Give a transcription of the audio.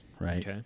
right